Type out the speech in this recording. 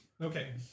Okay